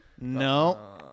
No